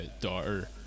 daughter